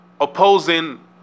Opposing